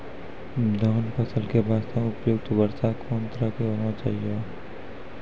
धान फसल के बास्ते उपयुक्त वर्षा कोन तरह के होना चाहियो?